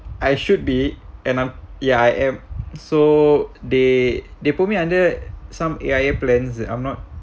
I should be and I'm ya I am so they they put me under some A_I_A plans I'm not